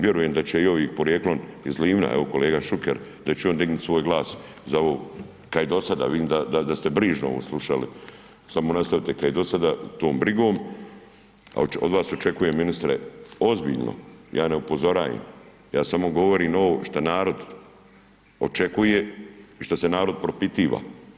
Vjerujem da će i ovi porijeklom iz Livna, evo kolega Šuker, da će on dignuti svoj glas za ovo, kao i dosada, vidim da ste brižno ovo slušali, samo nastavite ka i dosada tom brigom, a od vas očekujem ministre ozbiljno, ja ne upozorajem, ja samo govorim ovo šta narod očekuje i šta se narod propitiva.